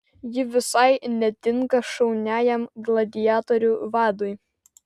ji visai netinka šauniajam gladiatorių vadui